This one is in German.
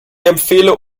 empfehle